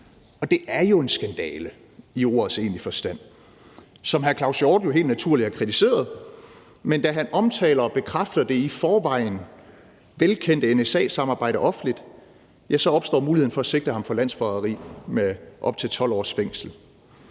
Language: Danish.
Det er jo en skandale i ordets egentlige forstand, som hr. Claus Hjort Frederiksen helt naturligt har kritiseret, men da han omtaler det og bekræfter det i forvejen velkendte NSA-samarbejde offentligt, opstår muligheden for at sigte ham for landsforræderi med op til 12 års fængsel.